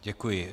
Děkuji.